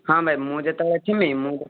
ହଁ ଭାଇ ମୁଁ ଯେତେବେଳେ ଥିମି ମୁଁ